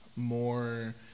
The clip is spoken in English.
more